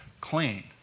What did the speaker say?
clean